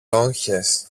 λόγχες